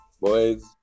Boys